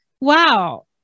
wow